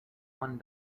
one